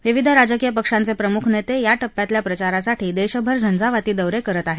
विविध राजकीय पक्षांचे प्रमुख नेते या टप्प्यातल्या प्रचारासाठी देशभर झंझावती दौरे करत आहेत